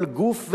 כל גוף,